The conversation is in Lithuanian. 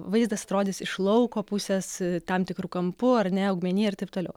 vaizdas atrodys iš lauko pusės tam tikru kampu ar ne augmenija ir taip toliau